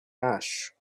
ash